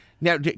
Now